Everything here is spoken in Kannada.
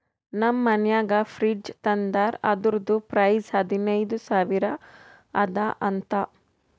ನಮ್ ಮನ್ಯಾಗ ಫ್ರಿಡ್ಜ್ ತಂದಾರ್ ಅದುರ್ದು ಪ್ರೈಸ್ ಹದಿನೈದು ಸಾವಿರ ಅದ ಅಂತ